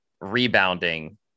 rebounding